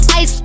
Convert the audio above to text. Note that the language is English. ice